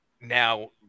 now